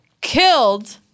killed